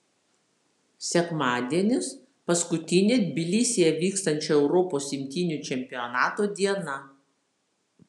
sekmadienis paskutinė tbilisyje vykstančio europos imtynių čempionato diena